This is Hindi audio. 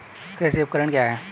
कृषि उपकरण क्या है?